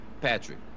Patrick